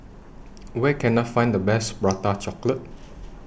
Where Can I Find The Best Prata Chocolate